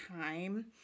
time